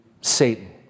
Satan